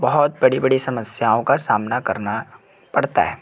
बहुत बड़ी बड़ी समस्याओं का सामना करना पड़ता है